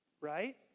right